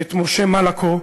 את משה מלקו,